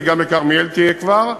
כי גם בכרמיאל תהיה כבר,